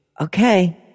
Okay